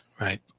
right